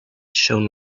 shone